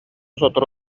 сотору